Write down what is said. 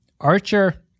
Archer